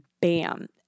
bam